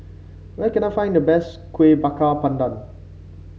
where can I find the best Kueh Bakar Pandan